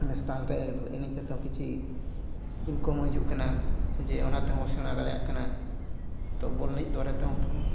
national ᱛᱮ ᱮᱱᱮᱡ ᱠᱟᱛᱮᱫ ᱦᱚᱸ ᱠᱤᱪᱷᱩ ᱤᱱᱠᱚᱢ ᱦᱤᱡᱩᱜ ᱠᱟᱱᱟ ᱡᱮ ᱚᱱᱟ ᱛᱮ ᱦᱚᱸ ᱵᱚ ᱥᱮᱬᱟ ᱫᱟᱲᱮᱭᱟᱜ ᱠᱟᱱᱟ ᱛᱚ ᱵᱚᱞ ᱮᱱᱮᱡ ᱫᱟᱨᱟᱭ ᱛᱮ ᱦᱚᱸ